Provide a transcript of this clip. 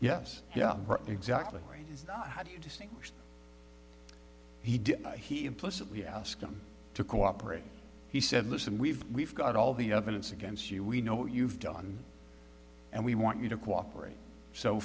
yes yeah exactly how do you distinguish he did he implicitly ask them to cooperate he said listen we've we've got all the evidence against you we know what you've done and we want you to cooperate so